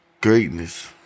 Greatness